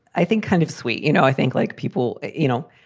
i think, kind of sweet. you know, i think like people, you know,